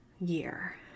year